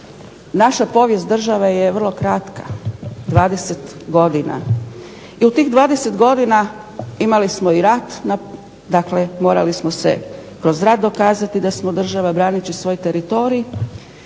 naša povijest države je vrlo kratka – 20 godina. I u tih 20 godina imali smo i rat, dakle morali smo se kroz rat dokazati da smo država braneći svoj teritorij